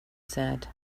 said